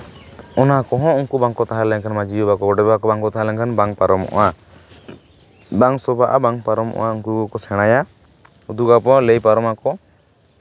ᱚᱱᱟ ᱠᱚᱦᱚᱸ ᱩᱱᱠᱩ ᱵᱟᱝᱠᱚ ᱛᱟᱦᱮᱸ ᱞᱮᱱᱠᱷᱟᱱ ᱢᱟᱹᱡᱷᱤ ᱵᱟᱵᱟ ᱜᱳᱰᱮᱛ ᱵᱟᱵᱟ ᱠᱚ ᱵᱟᱝ ᱠᱚ ᱛᱟᱦᱮᱸ ᱞᱮᱱᱠᱷᱟᱱ ᱵᱟᱝ ᱯᱟᱨᱚᱢᱚᱜᱼᱟ ᱵᱟᱝ ᱥᱚᱵᱷᱟᱜᱼᱟ ᱵᱟᱝ ᱯᱟᱨᱚᱢᱚᱜᱼᱟ ᱩᱱᱠᱩ ᱠᱚᱠᱚ ᱥᱮᱬᱟᱭᱟ ᱩᱫᱩᱜ ᱟᱠᱚ ᱞᱟᱹᱭ ᱯᱟᱨᱚᱢ ᱟᱠᱚ